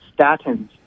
statins